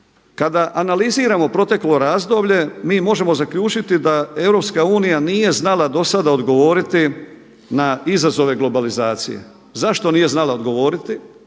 Kada analiziramo proteklo razdoblje, možemo zaključiti da Europska unija nije znala do sada odgovoriti na izazove globalizacije. Zašto nije znala odgovoriti?